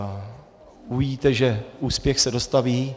Uvidíte, že úspěch se dostaví.